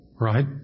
Right